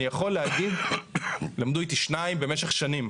אני יכול להגיד למדו איתי שניים במשך שנים.